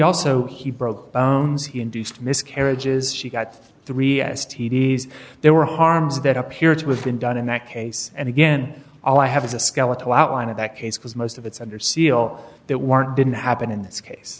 also he broke bones he induced miscarriages she got three s t d s there were harms that appear to have been done in that case and again all i have is a skeletal outline of that case because most of it's under seal that weren't didn't happen in this case